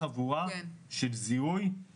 חבר הכנסת גפני אמר